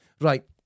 Right